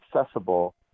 accessible